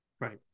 Right